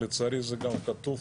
לצערי זה גם כתוב